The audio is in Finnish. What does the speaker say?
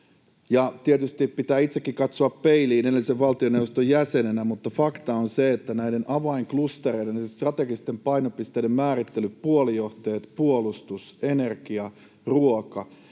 tietysti pitää itsekin katsoa peiliin edellisen valtioneuvoston jäsenenä, mutta fakta on se, että näiden avainklustereiden, siis strategisten painopisteiden, määrittelyt... Puolijohteet, puolustus, energia, ruoka,